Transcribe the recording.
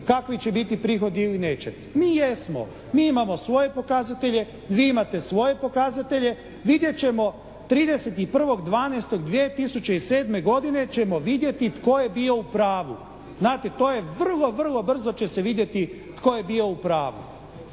kakvi će biti prihodi ili neće. Mi jesmo. Mi imamo svoje pokazatelje, vi imate svoje pokazatelje, vidjet ćemo 31.12.2007. godine ćemo vidjeti tko je bio u pravu. Znate to je, vrlo vrlo brzo će se vidjeti tko je bio u pravu.